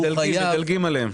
מדלגים עליהם.